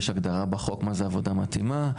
יש הגדרה בחוק מה זה עבודה מתאימה.